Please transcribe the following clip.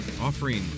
offering